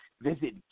Visit